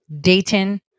Dayton